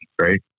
right